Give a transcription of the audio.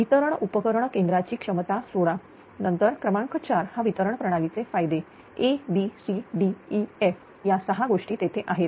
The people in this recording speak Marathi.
वितरण उपकरण केंद्राची क्षमता सोडा नंतर क्रमांक 4 हा वितरण प्रणालीचे फायदे abcdef या 6 गोष्टी तेथे आहेत